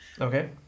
Okay